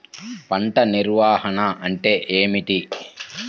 పంట నిర్వాహణ అంటే ఏమిటి?